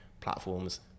platforms